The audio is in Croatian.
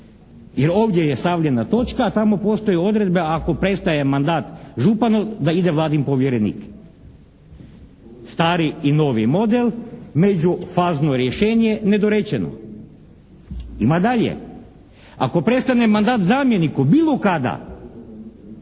Jer ovdje je stavljena točka a tamo postoji odredbe ako prestaje mandat županu da ide Vladin povjerenik. Stari i novi model, međufazno rješenje, nedorečeno. Ima dalje. Ako prestane mandat zamjeniku bilo kada,